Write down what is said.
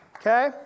Okay